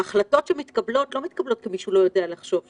ההחלטות שמתקבלות לא מתקבלות כי מישהו לא יודע לחשוב שם,